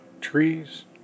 trees